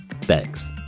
Thanks